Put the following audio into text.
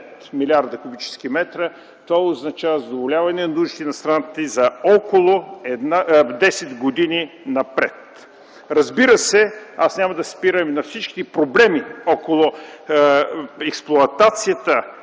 млрд. кум. м, това означава задоволяване нуждите на страната ни за около десет години напред. Разбира се, аз няма да се спирам на всичките проблеми около експлоатацията